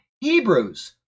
Hebrews